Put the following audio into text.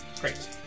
Great